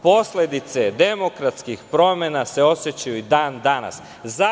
Posledice demokratskih promena se osećaju i dan danas.